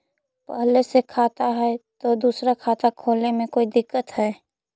पहले से खाता है तो दूसरा खाता खोले में कोई दिक्कत है?